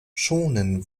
schonen